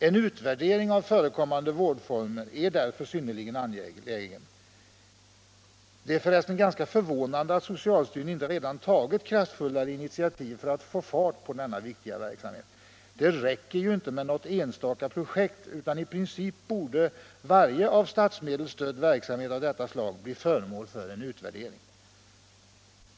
En utvärdering av förekommande vårdformer är därför synnerligen angelägen. Det är för resten ganska förvånande att socialstyrelsen inte redan har tagit kraftfullare initiativ för att få fart på denna viktiga verksamhet. Det räcker ju inte med något enstaka projekt, utan i princip borde varje av statsmedel stödd verksamhet av detta slag bli föremål för en utvärdering.